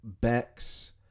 Bex